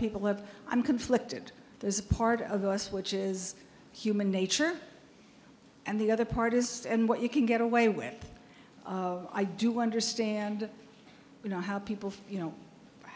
people have i'm conflicted there's a part of us which is human nature and the other part is just and what you can get away with i do understand you know how people you know